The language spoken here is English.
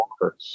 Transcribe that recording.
Walker